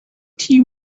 tea